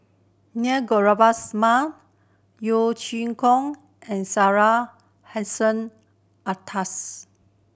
Near Govindasamy Yeo Chee Kiong and Syed Hussein Alatas